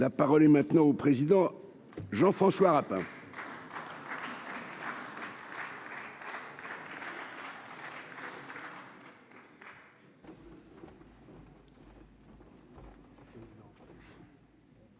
La parole est maintenant au président Jean-François Rapin. Monsieur